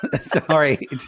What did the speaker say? Sorry